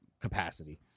capacity